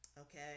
Okay